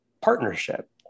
partnership